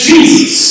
Jesus